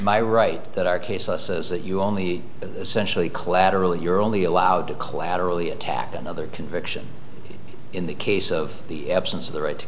my right that are cases that you only essentially collateral you're only allowed to collaterally attack another conviction in the case of the absence of the right to